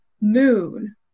moon